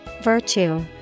Virtue